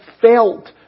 felt